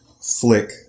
flick